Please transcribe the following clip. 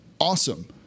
awesome